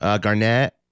Garnett